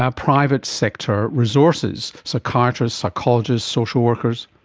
ah private sector resources psychiatrists, psychologists, social workers